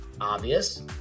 obvious